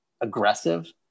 aggressive